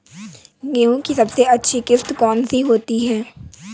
गेहूँ की सबसे अच्छी किश्त कौन सी होती है?